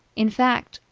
in fact,